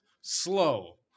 slow